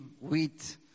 wheat